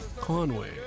Conway